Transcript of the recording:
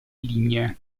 lignea